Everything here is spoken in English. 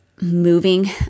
moving